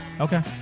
Okay